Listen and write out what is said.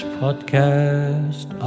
podcast